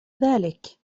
ذلك